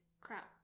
crap